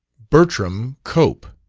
bertram cope!